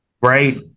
right